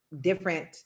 different